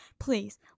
please